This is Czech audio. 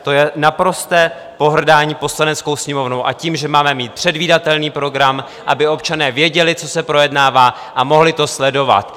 To je naprosté pohrdání Poslaneckou sněmovnou a tím, že máme mít předvídatelný program, aby občané věděli, co se projednává, a mohli to sledovat.